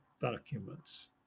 documents